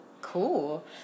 cool